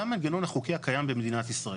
זה המנגנון החוקי הקיים במדינת ישראל.